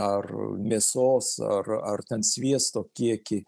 ar mėsos ar ar ten sviesto kiekį